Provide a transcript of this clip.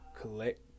collect